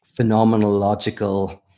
phenomenological